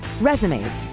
resumes